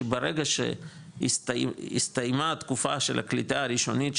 שברגע שהסתיימה תקופה של הקליטה הראשונית,